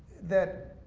that